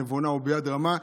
נבונה וביד רמה,